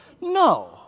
No